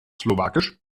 slowakisch